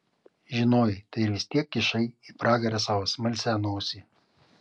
žinojai tai ir vis tiek kišai į pragarą savo smalsią nosį